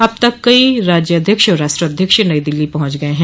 अब तक कई राज्याध्यक्ष और राष्ट्राध्यक्ष नई दिल्ली पहुंच गए हैं